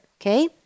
okay